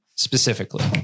Specifically